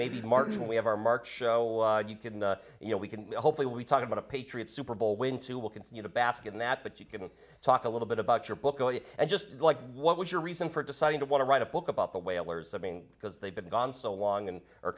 maybe martin we have our mark show you can you know we can hopefully we talk about a patriots super bowl win too we'll continue to bask in that but you can talk a little bit about your book and just like what was your reason for deciding to want to write a book about the whalers i mean because they've been gone so long and are